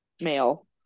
male